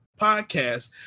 podcast